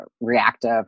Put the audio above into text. reactive